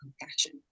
compassion